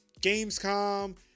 Gamescom